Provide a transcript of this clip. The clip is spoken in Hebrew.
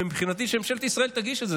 ומבחינתי שממשלת ישראל תגיש את זה,